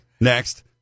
next